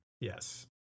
Yes